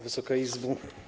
Wysoka Izbo!